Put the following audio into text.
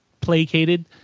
placated